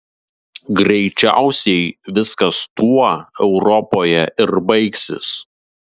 greičiausiai viskas tuo europoje ir baigsis